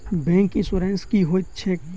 Bank insurance की होइत छैक?